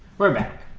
redneck